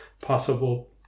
possible